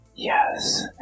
Yes